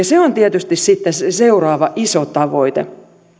se on tietysti sitten se seuraava iso tavoite